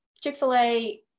Chick-fil-A